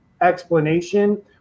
explanation